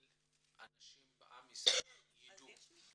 אנשים בעם ישראל ידעו כדי